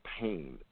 pain